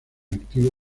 activo